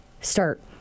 start